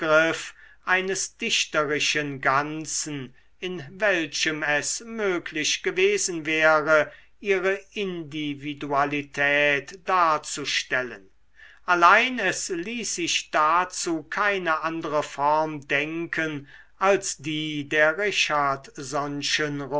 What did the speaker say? eines dichterischen ganzen in welchem es möglich gewesen wäre ihre individualität darzustellen allein es ließ sich dazu keine andere form denken als die der